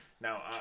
Now